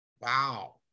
Wow